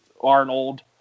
Arnold